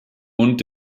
und